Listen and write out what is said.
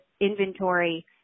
inventory